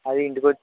అది ఇంటికొ